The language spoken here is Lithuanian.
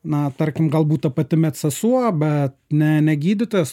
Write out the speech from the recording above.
na tarkim galbūt ta pati medsesuo bet ne ne gydytojas